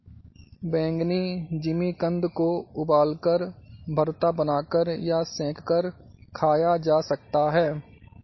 बैंगनी जिमीकंद को उबालकर, भरता बनाकर या सेंक कर खाया जा सकता है